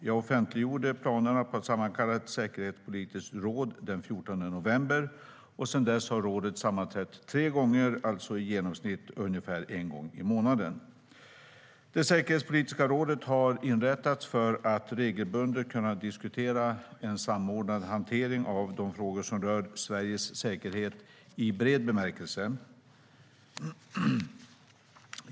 Jag offentliggjorde planerna på att sammankalla ett säkerhetspolitiskt råd den 14 november, och sedan dess har rådet sammanträtt tre gånger, alltså i genomsnitt ungefär en gång i månaden. Svar på interpellationer Det säkerhetspolitiska rådet har inrättats för att regelbundet kunna diskutera en samordnad hantering av frågor som rör Sveriges säkerhet i bred bemärkelse.